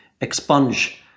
expunge